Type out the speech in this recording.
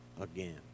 again